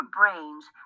brains